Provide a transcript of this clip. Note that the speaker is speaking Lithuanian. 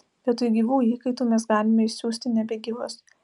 vietoj gyvų įkaitų mes galime išsiųsti nebegyvus